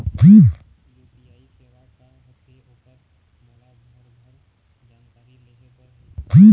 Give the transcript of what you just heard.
UPI सेवा का होथे ओकर मोला भरभर जानकारी लेहे बर हे?